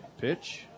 Pitch